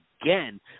again